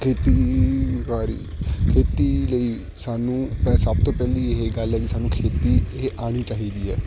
ਖੇਤੀ ਵਾਰੀ ਖੇਤੀ ਲਈ ਸਾਨੂੰ ਪਹਿ ਸਭ ਤੋਂ ਪਹਿਲੀ ਇਹ ਗੱਲ ਵੀ ਸਾਨੂੰ ਖੇਤੀ ਇਹ ਆਉਣੀ ਚਾਹੀਦੀ ਹੈ